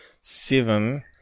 seven